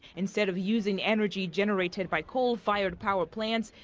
instead of using energy generated by coal-fired power plants,